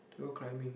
they go climbing